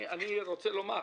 אני רוצה לומר,